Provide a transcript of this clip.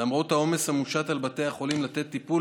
למרות העומס המושת על בתי החולים, לתת טיפול